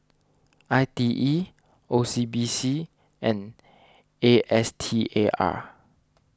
I T E O C B C and A S T A R